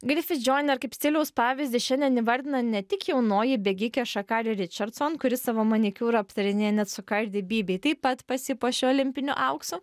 griffith joyner kaip stiliaus pavyzdį šiandien įvardina ne tik jaunoji bėgikė shacarri richardson kuri savo manikiūrą aptarinėja net su cardi bb taip pat pasipuošė olimpiniu auksu